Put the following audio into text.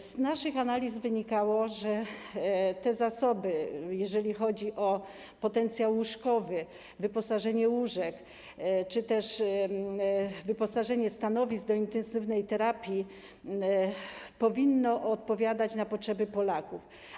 Z naszych analiz wynikało, że te zasoby, jeżeli chodzi o potencjał łóżkowy, wyposażenie łóżek czy też wyposażenie stanowisk do intensywnej terapii, powinny odpowiadać na potrzeby Polaków.